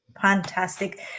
Fantastic